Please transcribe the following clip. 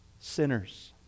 sinners